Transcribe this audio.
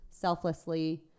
selflessly